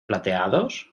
plateados